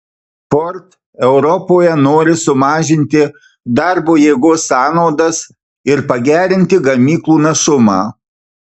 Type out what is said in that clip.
ford europoje nori sumažinti darbo jėgos sąnaudas ir pagerinti gamyklų našumą